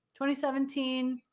2017